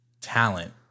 talent